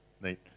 neat